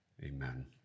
amen